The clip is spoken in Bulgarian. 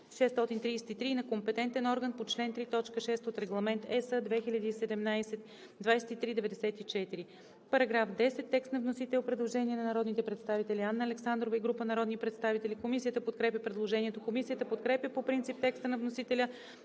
и на компетентен орган по чл. 3, т. 6 от Регламент (ЕС) 2017/2394.“ По § 10 има предложение от народните представители Анна Александрова и група народни представители. Комисията подкрепя предложението. Комисията подкрепя по принцип текста на вносителя